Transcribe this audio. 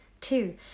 Two